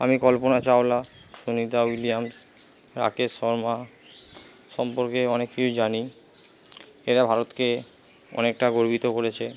আমি কল্পনা চাওলা সুনিতা উইলিয়ামস রাকেশ শর্মা সম্পর্কে অনেক কিছু জানি এরা ভারতকে অনেকটা গর্বিত করেছে